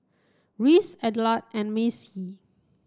Reese Adelard and Macy